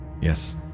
Yes